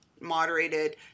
moderated